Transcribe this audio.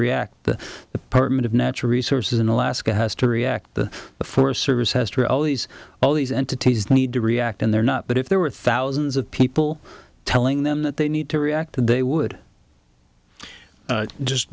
react the apartment of natural resources in alaska has to react to the forest service has to all these all these entities need to react and they're not but if there were thousands of people telling them that they need to react they would just